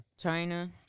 China